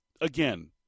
again